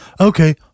Okay